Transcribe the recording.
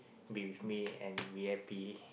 be with me and we happy